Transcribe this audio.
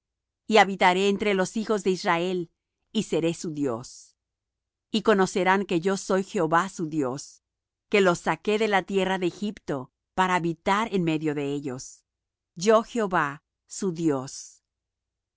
y habitaré entre los hijos de israel y seré su dios y conocerán que yo soy jehová su dios que los saqué de la tierra de egipto para habitar en medio de ellos yo jehová su dios